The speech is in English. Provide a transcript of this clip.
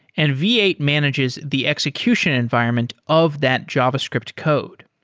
and v eight manages the execution environment of that javascript code.